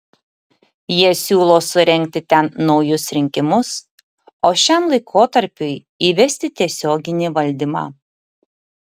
jie siūlo surengti ten naujus rinkimus o šiam laikotarpiui įvesti tiesioginį valdymą